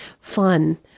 fun